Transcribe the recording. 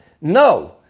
no